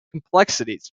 complexities